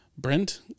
Brent